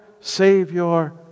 Savior